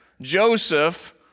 Joseph